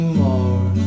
more